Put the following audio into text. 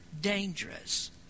dangerous